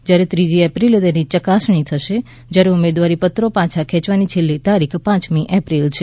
જયારે ત્રીજી એપ્રિલે તેની ચકાસણી થશે જયારે ઉમેદવારીપત્રો પાછા ખેંચવાની છેલ્લી તારીખ પાંચમી એપ્રિલ છે